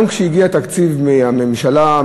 גם כשהגיע תקציב מהממשלה,